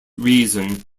reason